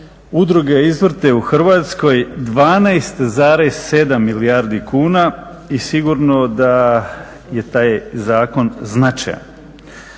udruge izvrte u Hrvatskoj 12,7 milijardi kuna i sigurno da je taj zakon značajan.